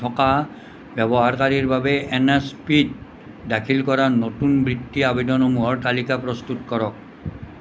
থকা ব্যৱহাৰকাৰীৰ বাবে এন এছ পি ত দাখিল কৰা নতুন বৃত্তি আবেদনসমূহৰ তালিকা প্ৰস্তুত কৰক